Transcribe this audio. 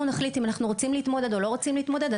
נחליט אם אנחנו רוצים להתמודד או לא רוצים להתמודד.